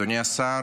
אדוני השר,